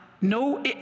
No